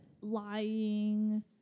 lying